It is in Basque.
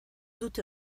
dute